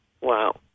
Wow